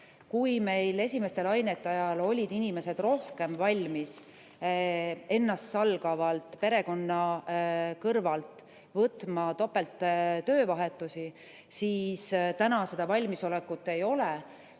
Kui meil esimeste lainete ajal olid inimesed rohkem valmis ennastsalgavalt perekonna kõrvalt võtma topelt töövahetusi, siis täna seda valmisolekut ei ole.